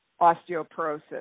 osteoporosis